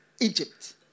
Egypt